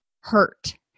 hurt